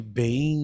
bem